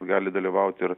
gali dalyvauti ir